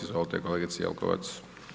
Izvolite kolegice Jelkovac.